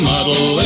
Model